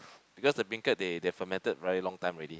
because the bean curd they they fermented very long time already